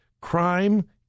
Crime